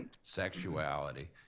sexuality